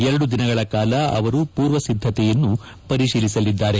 ಎರಡು ದಿನಗಳ ಕಾಲ ಅವರು ಪೂರ್ವ ಸಿದ್ದತೆಯನ್ನು ಪರಿಶೀಲಿಸಲಿದ್ದಾರೆ